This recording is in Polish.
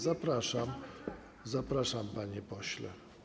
Zapraszam, zapraszam, panie pośle.